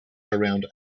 around